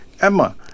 emma